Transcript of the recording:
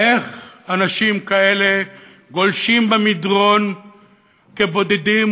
איך אנשים כאלה גולשים במדרון כבודדים,